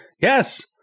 Yes